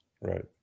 Right